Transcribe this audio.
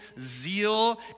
zeal